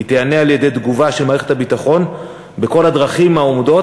היא תיענה על-ידי תגובה של מערכת הביטחון בכל הדרכים העומדות,